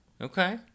Okay